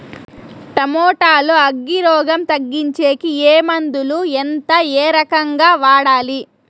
Tomato లో అగ్గి రోగం తగ్గించేకి ఏ మందులు? ఎంత? ఏ రకంగా వాడాలి?